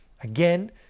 again